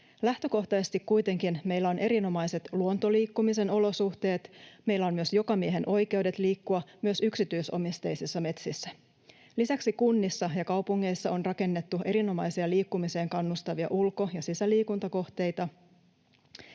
Lähtökohtaisesti kuitenkin meillä on erinomaiset luontoliikkumisen olosuhteet. Meillä on myös jokamiehenoikeudet liikkua myös yksityisomisteisissa metsissä. Lisäksi kunnissa ja kaupungeissa on rakennettu erinomaisia liikkumiseen kannustavia ulko- ja sisäliikuntakohteita.